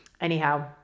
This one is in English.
Anyhow